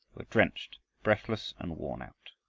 drenched, breathless, and worn out,